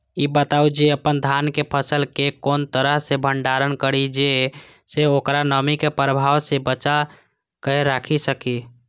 ई बताऊ जे अपन धान के फसल केय कोन तरह सं भंडारण करि जेय सं ओकरा नमी के प्रभाव सं बचा कय राखि सकी?